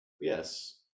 yes